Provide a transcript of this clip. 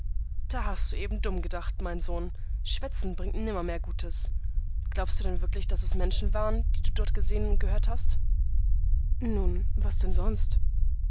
da hast du eben dumm gedacht mein sohn schwätzen bringt nimmermehr gutes glaubst du denn wirklich daß es menschen waren die du dort gesehen und gehört hast nun was denn sonst